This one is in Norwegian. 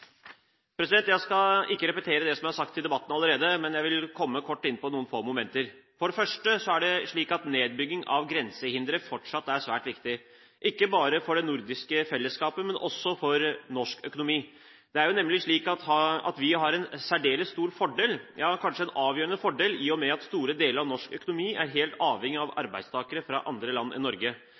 Jeg skal ikke repetere det som er sagt i debatten allerede, men jeg vil kort komme inn på noen få momenter. For det første er det slik at nedbygging av grensehindre fortsatt er svært viktig, ikke bare for det nordiske fellesskapet, men også for norsk økonomi. Det er nemlig slik at vi har en særdeles stor fordel, ja, kanskje en avgjørende fordel, i og med at store deler av norsk økonomi er helt avhengig av arbeidstakere fra andre land enn Norge.